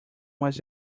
was